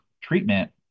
treatment